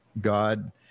God